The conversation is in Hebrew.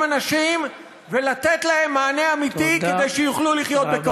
אנשים ולתת להם מענה אמיתי כדי שיוכלו לחיות בכבוד.